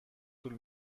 طول